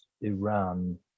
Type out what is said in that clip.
Iran